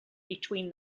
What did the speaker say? between